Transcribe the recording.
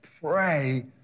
pray